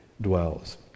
dwells